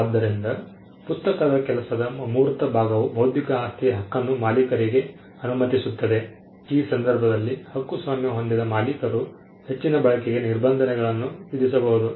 ಆದ್ದರಿಂದ ಪುಸ್ತಕದ ಕೆಲಸದ ಅಮೂರ್ತ ಭಾಗವು ಬೌದ್ಧಿಕ ಆಸ್ತಿಯ ಹಕ್ಕನ್ನು ಮಾಲೀಕರಿಗೆ ಅನುಮತಿಸುತ್ತದೆ ಈ ಸಂದರ್ಭದಲ್ಲಿ ಹಕ್ಕುಸ್ವಾಮ್ಯ ಹೊಂದಿದ ಮಾಲೀಕರು ಹೆಚ್ಚಿನ ಬಳಕೆಗೆ ನಿರ್ಬಂಧಗಳನ್ನು ವಿಧಿಸಬಹುದು